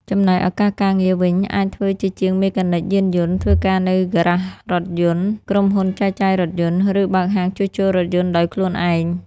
ចំណែកឱកាសការងារវិញ អាចធ្វើជាជាងមេកានិកយានយន្ត ធ្វើការនៅហ្គារ៉ាសរថយន្ត ក្រុមហ៊ុនចែកចាយរថយន្ត ឬបើកហាងជួសជុលរថយន្តដោយខ្លួនឯង។